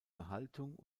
erhaltung